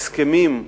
הסכמים,